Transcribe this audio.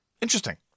Interesting